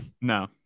no